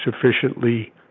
sufficiently